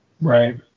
Right